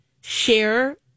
share